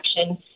action